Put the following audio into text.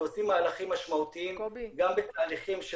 ולטובת הנושא הזה אנחנו גם עושים מהלכים משמעותיים גם בתהליכים של